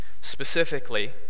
Specifically